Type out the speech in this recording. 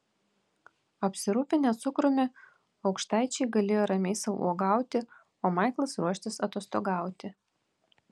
apsirūpinę cukrumi aukštaičiai galėjo ramiai sau uogauti o maiklas ruoštis atostogauti